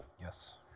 Yes